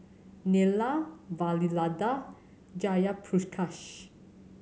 Neila Vavilala Jayaprakash